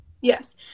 yes